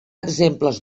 exemples